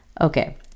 Okay